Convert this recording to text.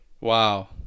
Wow